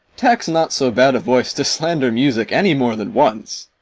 tax not so bad a voice to slander music any more than once.